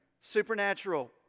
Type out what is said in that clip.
supernatural